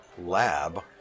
lab